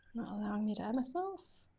allowing me to add myself.